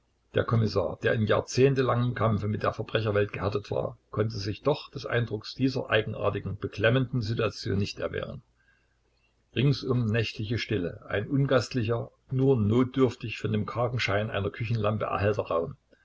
der kommissar der in jahrzehntelangem kampfe mit der verbrecherwelt gehärtet war konnte sich doch des eindruckes dieser eigenartigen beklemmenden situation nicht erwehren ringsum nächtliche stille ein ungastlicher nur notdürftig von dem kargen schein einer küchenlampe erhellter raum